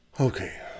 Okay